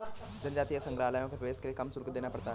जनजातीय संग्रहालयों में प्रवेश के लिए काम शुल्क देना पड़ता है